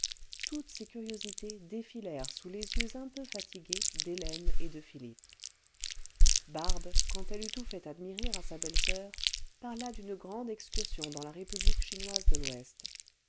toutes ces curiosités défilèrent sous les yeux un peu fatigués d'hélène et de philippe barbe quand elle eut tout fait admirer à sa belle-soeur parla d'une grande excursion dans la république chinoise de l'ouest